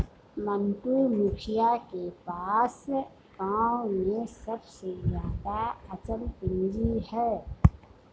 मंटू, मुखिया के पास गांव में सबसे ज्यादा अचल पूंजी है